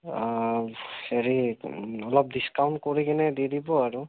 অঁ হেৰি অলপ ডিছকাউণ্ট কৰিকিনে দি দিব আৰু